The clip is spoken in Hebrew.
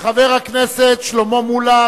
וחברי הכנסת שלמה מולה,